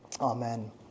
Amen